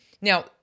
Now